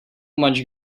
much